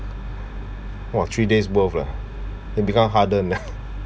!wah! three days' worth lah it become hardened